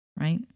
right